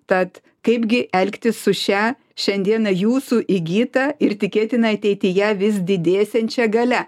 tad kaipgi elgtis su šia šiandiena jūsų įgyta ir tikėtina ateityje vis didėsiančią galia